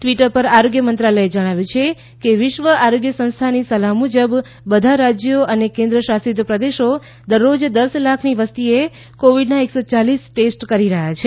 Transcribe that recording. Twitter પર આરોગ્ય મંત્રાલયે જણાવ્યું છે કે વિશ્વ આરોગ્ય સંસ્થાની સલાહ મુજબ બધા રાજ્યો અને કેન્દ્ર શાસિત પ્રદેશો દરરોજ દસ લાખની વસ્તીએ કોવિડનાં એકસો યાલીસ ટેસ્ટ કરી રહ્યા છે